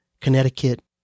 Connecticut